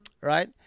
Right